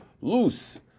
loose